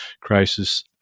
crisis